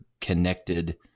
connected